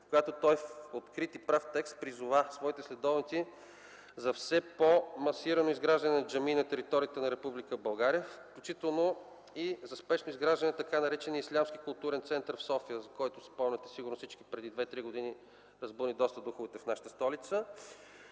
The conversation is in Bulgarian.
която той в открит и прав текст призова своите следовници за все по-масирано изграждане на джамии на територията на Република България, включително и за спешно изграждане на т.нар. Ислямски културен център в София, за който всички си спомняте, че преди две-три години разбуни доста духовете в нашата столица,